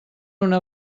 una